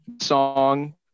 Song